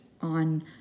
on